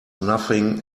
nothing